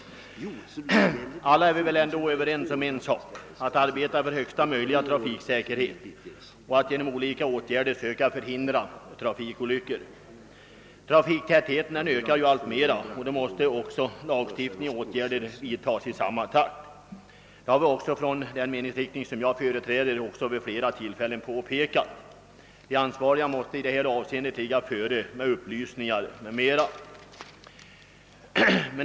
Alla är vi väl överens om att arbeta för högsta möjliga trafiksäkerhet och genom olika åtgärder försöka hindra trafikolyckor. Trafiktätheten ökar alltmer och åtgärder genom lagstiftning måste därför vidtas i samma takt. Detta har också påpekats vid flera tillfällen från den meningsriktning som jag företräder. De ansvariga måste härvid gå före med upplysningar etc.